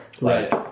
Right